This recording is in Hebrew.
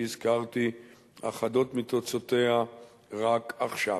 שהזכרתי אחדות מתוצאותיה רק עכשיו.